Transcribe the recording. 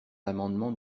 l’amendement